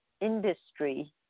industry